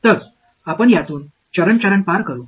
तर आपण यातून चरण चरण पार करू